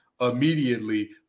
immediately